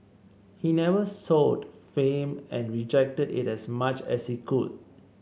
he never sought fame and rejected it as much as he could